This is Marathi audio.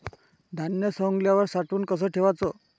धान्य सवंगल्यावर साठवून कस ठेवाच?